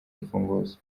imfunguzo